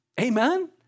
Amen